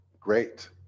great